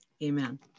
amen